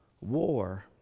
war